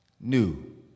new